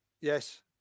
Yes